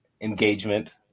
engagement